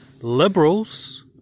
liberals